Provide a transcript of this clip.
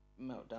meltdown